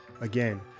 Again